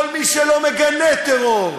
כל מי שלא מגנה טרור,